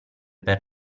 per